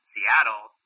Seattle